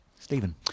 Stephen